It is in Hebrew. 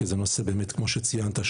כי כמו שאתה ציינת,